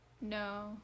no